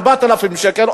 4,000 שקל,